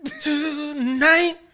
Tonight